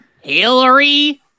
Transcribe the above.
Hillary